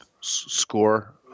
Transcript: score